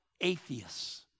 atheists